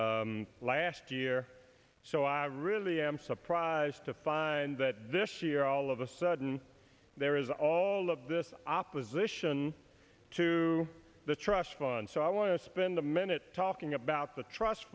voted last year so i really am surprised to find that this year all of a sudden there is all of this opposition to the trust fund so i want to spend a minute talking about the trust